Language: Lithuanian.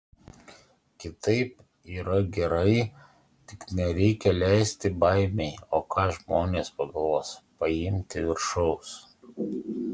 kitaip yra gerai tik nereikia leisti baimei o ką žmonės pagalvos paimti viršaus